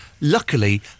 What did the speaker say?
luckily